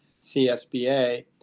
csba